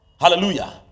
hallelujah